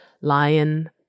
lion